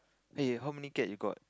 hey how many cat you got